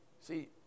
See